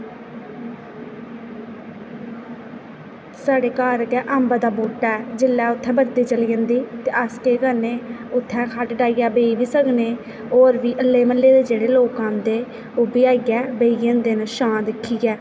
साढ़े घर गै अंब दा बूहटा ऐ जेल्लै उत्थै बत्ती चली जंदी अस केह् करने उत्थै खट्ट डाहियै बेही बी सकने होर बी हल्ले म्हल्ले दे जेह्ड़े लोक आंदे ओह् बी आइयै बेही जंदे न छां दिक्खियै